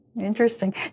Interesting